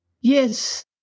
Yes